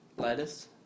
lettuce